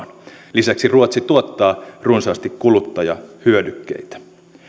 lisäksi ruotsi tuottaa runsaasti kuluttajahyödykkeitä